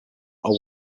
are